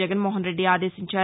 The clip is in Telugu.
జగన్నోహన్ రెడ్డి ఆదేశించారు